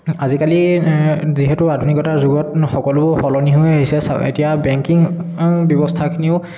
আজিকালি যিহেতু আধুনিকতাৰ যুগত সকলো সলনি হৈ আহিছে এতিয়া বেংকিং ব্যৱস্থাখিনিও